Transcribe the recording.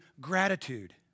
gratitude